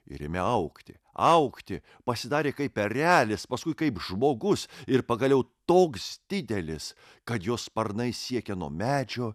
ir ėmė augti augti pasidarė kaip erelis paskui kaip žmogus ir pagaliau toks didelis kad jo sparnai siekė nuo medžio